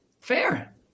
fair